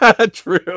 true